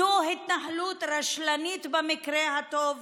זו התנהלות רשלנית במקרה הטוב